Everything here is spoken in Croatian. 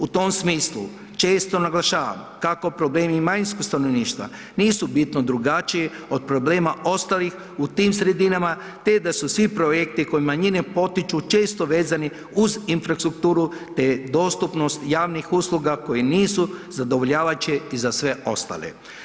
U tom smislu često naglašavam kako problemi manjinskog stanovništva nisu bitno drugačiji od problema ostalih u tim sredinama, te da su svi projekti koje manjine potiču često vezani uz infrastrukturu, te dostupnost javnih usluga koji nisu zadovoljavajuće i za sve ostale.